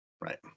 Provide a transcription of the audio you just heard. Right